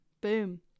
boom